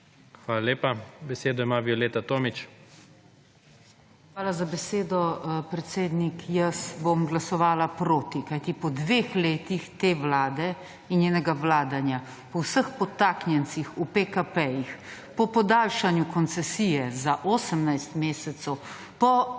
Hvala lepa. Besedo ima Violeta Tomić. **VIOLETA TOMIĆ (PS Levica):** Hvala za besedo, predsednik. Jaz bom glasovala proti. Kajti po dveh letih te vlade in njenega vladanja, po vseh podtaknjencih v PKP-jih, po podaljšanju koncesije za 18 mesecev, po